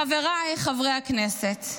חבריי חברי הכנסת,